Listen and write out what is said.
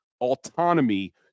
autonomy